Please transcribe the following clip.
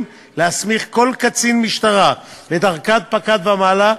להסמיך כל קצין משטרה בדרגת פקד ומעלה,